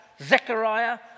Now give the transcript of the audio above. Zechariah